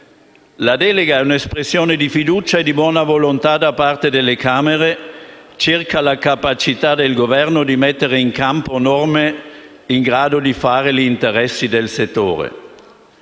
La delega è un'espressione di fiducia e di buona volontà da parte delle Camere circa la capacità del Governo di mettere in campo norme in grado di fare gli interessi del settore.